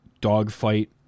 dogfight